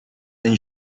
and